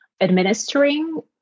administering